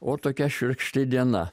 o tokia šiurkšti diena